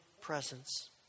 presence